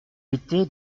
été